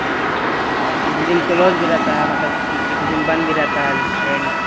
اور کسی دن کلوز بھی رہتا ہے مطلب کہ کسی دن بند بھی رہتا ہے ریسٹورینٹ